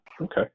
Okay